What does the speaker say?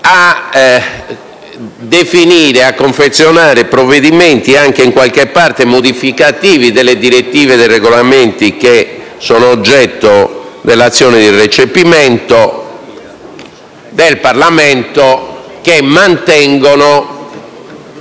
a definire e a confezionare provvedimenti, in qualche parte modificativi delle direttive e dei regolamenti oggetto dell'azione di recepimento del Parlamento, che mantengono